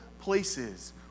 places